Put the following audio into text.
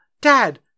Dad